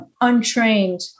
Untrained